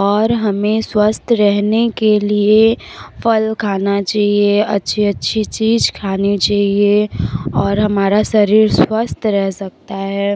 और हमें स्वास्थ्य रहने के लिए फल खाना चाहिए अच्छी अच्छी चीज खानी चाहिए और हमारा शरीर स्वास्थ्य रह सकता है